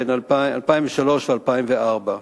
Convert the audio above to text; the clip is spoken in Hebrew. ב-2003 ו-2004.